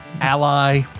Ally